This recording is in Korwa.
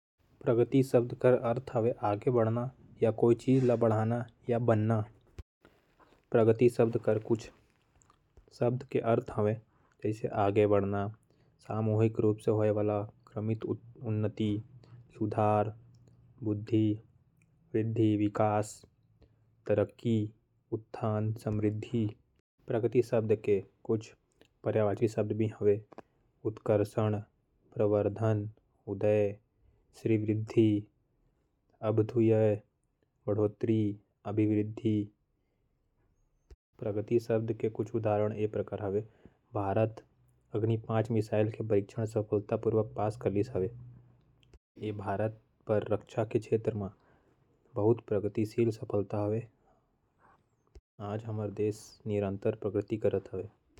प्रगति शब्द के अर्थ हावय बढ़ना तरक्की करना या प्रगति करना। प्रगति एक अइसे शब्द हावय जेकर उपयोग कोनो व्यक्ति समूह। या चीज के वृद्धि या बेहतरी के वर्णन करे के खातिर करे जाथे। उदाहरण भारत ने अग्नि मिसाइल की परिक्षा सफलतापूर्वक पास की है। निस्संदेह यह भारत के लिये बहुत प्रगतिशील सफलता है।